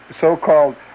so-called